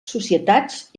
societats